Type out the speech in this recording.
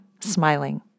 smiling